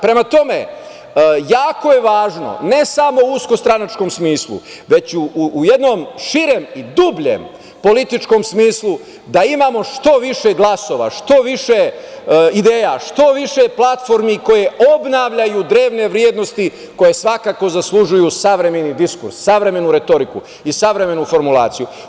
Prema tome, jako je važno, ne samo u usko stranačkom smislu, već u jednom širem i dubljem političkom smislu, da imamo što više glasova, što više ideja, što više platformi koje obnavljaju drevne vrednosti koje svakako zaslužuju savremeni diskurs, savremenu retoriku i savremenu formulaciju.